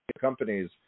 companies